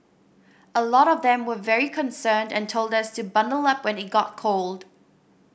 a lot of them were very concerned and told us to bundle up when it got cold